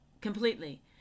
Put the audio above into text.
completely